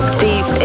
deep